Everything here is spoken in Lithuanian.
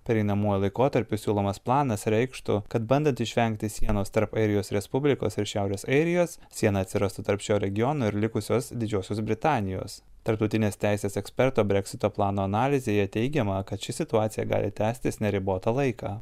pereinamuoju laikotarpiu siūlomas planas reikštų kad bandant išvengti sienos tarp airijos respublikos ir šiaurės airijos siena atsirastų tarp šio regiono ir likusios didžiosios britanijos tarptautinės teisės eksperto breksito plano analizėje teigiama kad ši situacija gali tęstis neribotą laiką